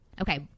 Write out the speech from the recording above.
okay